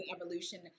evolution